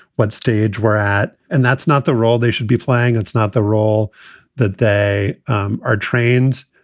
what stage we're at. and that's not the role they should be playing. it's not the role that they are trained.